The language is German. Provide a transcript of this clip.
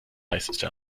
heißeste